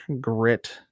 grit